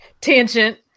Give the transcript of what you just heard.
tangent